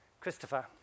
Christopher